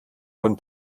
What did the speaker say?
von